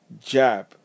jab